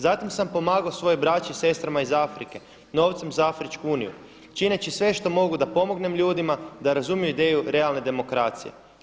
Zatim sam pomagao svojoj braći i sestrama iz Afrike novcem za Afričku Uniju čineći sve što mogu da pomognem ljudima da razumiju ideju realne demokracije.